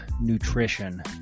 nutrition